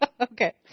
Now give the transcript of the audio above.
Okay